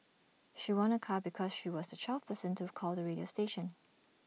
she won A car because she was the twelfth person to call the radio station